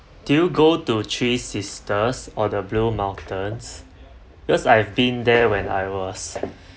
do you go to three sisters or the blue mountains because I've been there when I was